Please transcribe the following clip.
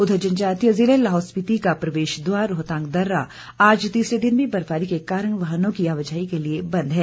उधर जनजातीय जिले लाहौल स्पीति का प्रवेश द्वार राहेतांग दर्रा आज तीसरे दिन भी बर्फबारी के कारण वाहनों की आवाजाही के लिए बंद है